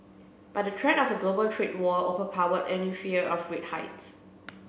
but the threat of a global trade war overpowered any fear of rate hikes